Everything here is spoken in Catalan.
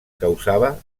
causava